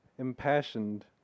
impassioned